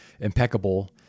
impeccable